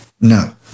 No